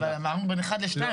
אבל אמרנו בין אחד לשניים.